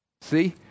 See